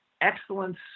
excellence